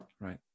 right